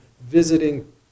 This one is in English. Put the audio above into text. visiting